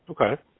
Okay